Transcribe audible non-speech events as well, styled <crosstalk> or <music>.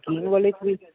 <unintelligible> ਵਾਲੇ <unintelligible>